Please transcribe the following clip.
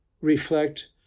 reflect